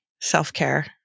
self-care